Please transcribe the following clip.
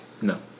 No